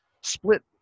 split